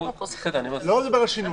אני לא מדבר על שינוי.